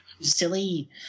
Silly